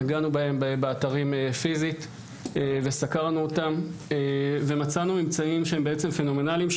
נגענו באתרים פיזית וסקרנו אותם ומצאנו ממצאים שהם פנומנליים.